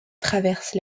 traverse